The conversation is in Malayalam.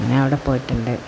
ഞാനവിടെ പോയിട്ടുണ്ട്